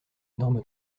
énorme